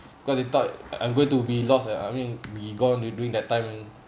cause they thought I'm going to be lost uh I mean be gone du~ during that time